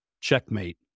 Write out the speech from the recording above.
checkmate